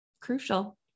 crucial